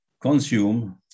consume